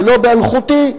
ולא באלחוטי,